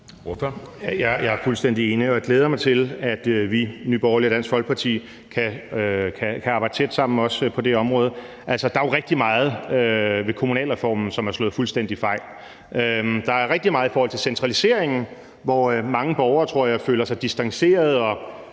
Jeg er fuldstændig enig, og jeg glæder mig til, at vi, Nye Borgerlige og Dansk Folkeparti, kan arbejde tæt sammen også på det område. Der er jo rigtig meget ved kommunalreformen, som har slået fuldstændig fejl. Der er rigtig meget ved centraliseringen, hvor mange borgere, tror jeg, føler sig distanceret og